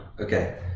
Okay